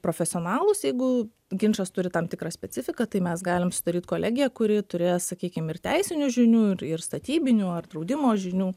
profesionalus jeigu ginčas turi tam tikrą specifiką tai mes galim sudaryt kolegiją kuri turės sakykim ir teisinių žinių ir ir statybinių ar draudimo žinių